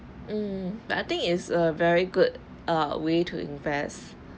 mm but I think is a very good err way to invest